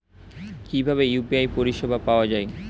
কিভাবে ইউ.পি.আই পরিসেবা পাওয়া য়ায়?